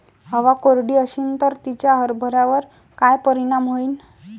हवा कोरडी अशीन त तिचा हरभऱ्यावर काय परिणाम होईन?